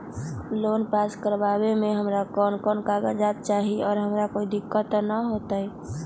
Loan pass करवावे में हमरा कौन कौन कागजात चाही और हमरा कोई दिक्कत त ना होतई?